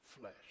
flesh